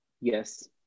Yes